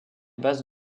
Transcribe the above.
bases